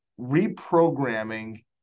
reprogramming